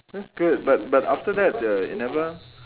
looks good but but after that the it never